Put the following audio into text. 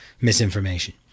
misinformation